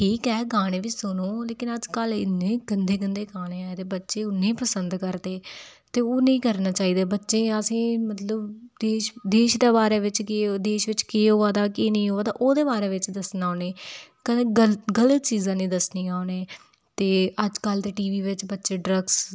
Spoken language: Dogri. ठीक ऐ गाने बी सुनो अजकल इ'न्ने गंदे गंदे गाने आए दे जे उ'न्ने पसंद करदे ते ओह् नेईं करना चाहिदा बच्चें ई मतलब असें ई देश देश दे बारै च केह् देश च केह् होआ दा केह् नेईं होआ दा ओह्दे बारै च दस्सना उ'नें कदें गलत चीज़ां निं दस्सनियां उ'नें ई ते अजकल टीवी बिच बच्चे ड्रग्स